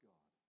God